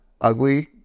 ugly